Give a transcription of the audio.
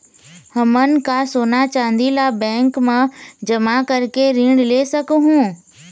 हमन का सोना चांदी ला बैंक मा जमा करके ऋण ले सकहूं?